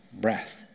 Breath